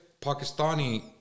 Pakistani